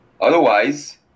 Otherwise